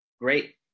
great